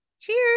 Cheers